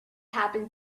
happened